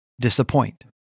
disappoint